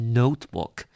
notebook